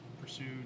pursued